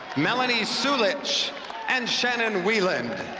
melanie suljic and shannon wieland